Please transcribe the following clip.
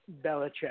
Belichick